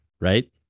right